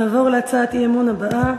נעבור להצעת האי-אמון הבאה: